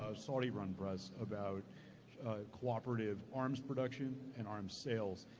ah saudi-run press, about cooperative arms production and arms sales.